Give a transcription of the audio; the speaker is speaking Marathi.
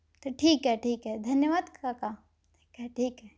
तर ठीक आहे ठीक आहे धन्यवाद काका ठीक आहे ठीक आहे